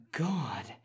god